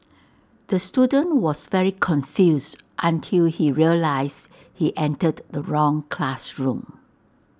the student was very confused until he realised he entered the wrong classroom